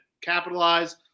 capitalize